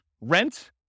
rent